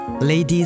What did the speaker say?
Ladies